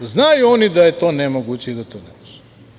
Znaju oni da je to nemoguće i da to ne može.